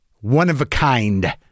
one-of-a-kind